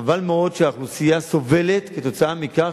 חבל מאוד שהאוכלוסייה סובלת כתוצאה מכך